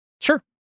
Sure